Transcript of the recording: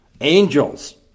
angels